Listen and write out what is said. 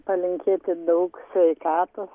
palinkėti daug sveikatos